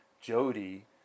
Jody